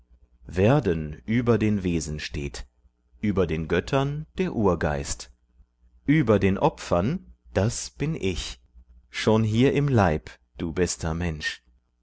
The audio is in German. werden über den wesen steht über den göttern der urgeist über den opfern das bin ich schon hier im leib du bester mensch